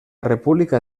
república